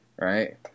Right